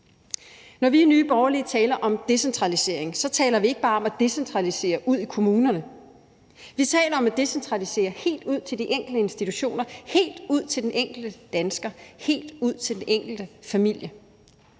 Når vi i Nye Borgerlige taler om decentralisering, taler vi ikke bare om at decentralisere ud i kommunerne. Vi taler om at decentralisere helt ud til de enkelte institutioner, helt ud til den enkelte dansker, helt ud til den enkelte familie.